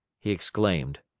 he exclaimed.